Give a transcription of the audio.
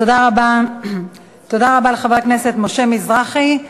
תודה רבה לחבר הכנסת משה מזרחי.